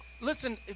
listen